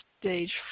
stage